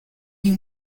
you